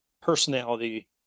personality